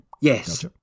Yes